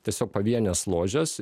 tiesiog pavienės ložės